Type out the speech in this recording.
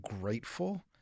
grateful